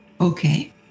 Okay